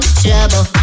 trouble